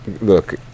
look